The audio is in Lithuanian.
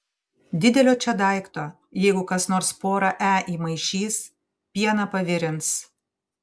didelio čia daikto jeigu kas nors porą e įmaišys pieną pavirins